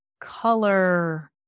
color